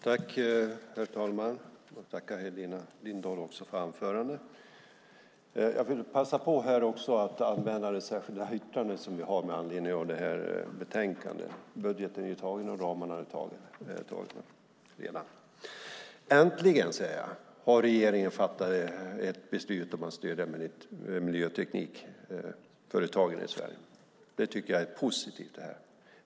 Herr talman! Jag tackar Helena Lindahl för anförandet. Jag vill passa på att anmäla det särskilda yttrande som vi har med anledning av betänkandet. Budgeten och ramarna är ju redan antagna. Äntligen, säger jag, har regeringen fattat ett beslut om att stödja miljöteknikföretagen i Sverige. Det är positivt, och jag ser fram emot det.